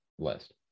List